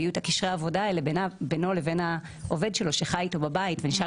ויהיו את קשרי העבודה בינו לבין העובד שלו שחי איתו בבית ונשאר